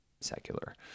secular